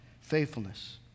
faithfulness